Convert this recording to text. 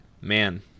Man